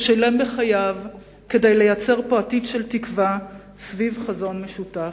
ששילם בחייו כדי לייצר פה עתיד של תקווה סביב חזון משותף.